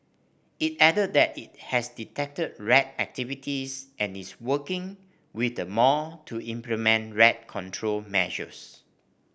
it added that it has detected rat activities and is working with the mall to implement rat control measures